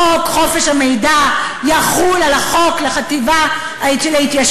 חוק חופש המידע יחול על החוק של החטיבה להתיישבות.